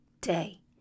day